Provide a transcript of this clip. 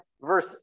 verse